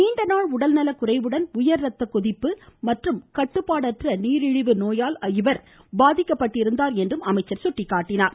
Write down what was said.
நீண்டநாள் உடல்நலக் குறைவுடன் உயர் ரத்த கொதிப்பு மற்றும் கட்டுப்பாடற்ற நீரிழிவு நோயால் இவர் பாதிக்கப்பட்டிருந்தார் என்றும் அமைச்சர் எடுத்துரைத்தார்